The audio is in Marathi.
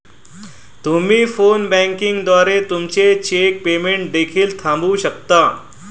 तुम्ही फोन बँकिंग द्वारे तुमचे चेक पेमेंट देखील थांबवू शकता